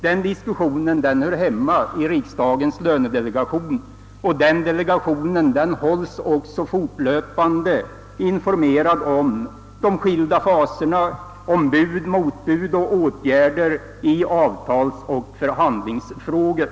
Den diskussionen hör hemma i riksdagens lönedelegation, och den «delegationen hålls också fortlöpande informerad om de skilda faserna — om bud, motbud och åtgärder i avtalsoch förhandlingsfrågor.